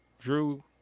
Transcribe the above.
Drew